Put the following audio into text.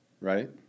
right